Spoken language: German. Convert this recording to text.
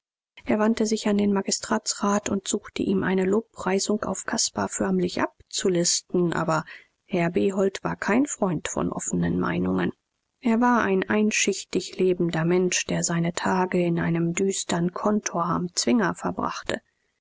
er wandte sich an den magistratsrat und suchte ihm eine lobpreisung auf caspar förmlich abzulisten aber herr behold war kein freund von offenen meinungen er war ein einschichtig lebender mensch der seine tage in einem düstern kontor am zwinger verbrachte